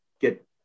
get